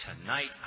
tonight